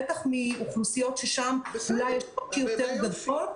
בטח מאוכלוסיות ששם אולי יש קושי יותר גדול.